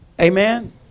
Amen